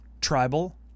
tribal